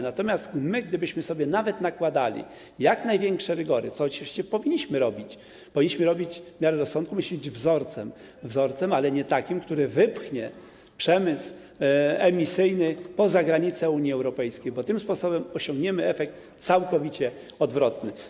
Natomiast my, gdybyśmy sobie nawet nakładali jak największe rygory, co oczywiście powinniśmy robić, powinniśmy robić w miarę rozsądku, powinniśmy być wzorcem, ale nie takim wzorcem, który wypchnie przemysł emisyjny poza granice Unii Europejskiej, bo tym sposobem osiągniemy efekt całkowicie odwrotny…